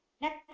next